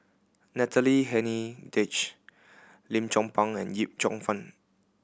Natalie Hennedige Lim Chong Pang and Yip Cheong Fun